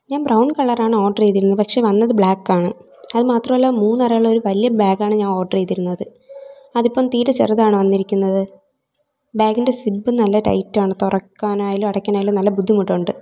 ഞാൻ ബ്രൗൺ കളറാണ് ഓർഡർ ചെയ്തിരുന്നത് പക്ഷേ വന്നത് ബ്ലാക്കാണ് അത് മാത്രമല്ല മൂന്നറയുള്ള ഒരു വലിയ ബാഗാണ് ഞാൻ ഓർഡർ ചെയ്തിരുന്നത് അതിപ്പം തീരെ ചെറുതാണ് വന്നിരിക്കുന്നത് ബാഗിൻ്റെ സിബും നല്ല ടൈറ്റ് ആണ് തുറക്കാൻ ആയാലും അടയ്ക്കാൻ ആയാലും നല്ല ബുദ്ധിമുട്ടുണ്ട്